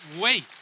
wait